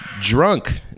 Drunk